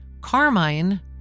Carmine